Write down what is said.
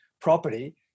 property